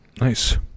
Nice